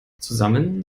zusammen